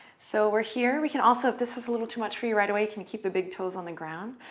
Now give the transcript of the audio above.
so we're here. we can also, if this is a little too much for you right away, can keep the big toes on the ground.